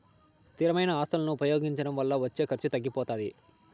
స్థిరమైన ఆస్తులను ఉపయోగించడం వల్ల వచ్చే ఖర్చు తగ్గిపోతాది